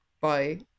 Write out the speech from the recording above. bye